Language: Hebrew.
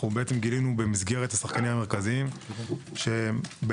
גילינו במסגרת השחקנים המרכזיים שההתמודדות